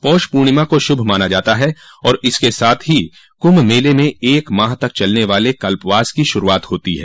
पौष पूर्णिमा को शुभ माना जाता है और इसके साथ ही कुंभ मेले में एक माह तक चलने वाले कल्पवास की शुरूआत होती है